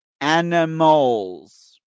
animals